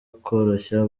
koroshya